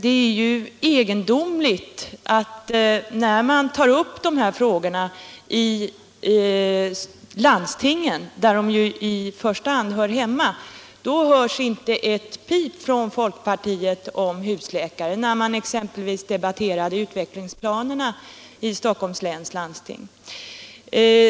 Det är ju egendomligt att när dessa frågor behandlas i landstingen — exempelvis när utvecklingsplanerna debatterades i Stockholms läns landsting — där de i första hand hör hemma, hörs inte ett pip från folkpartiet om husläkare.